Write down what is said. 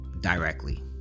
directly